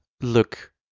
look